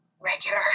regular